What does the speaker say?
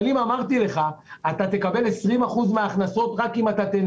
אבל לגבי הניסיונות בדלת האחורית לבוא ולהפוך כל שינוי ותזוזה,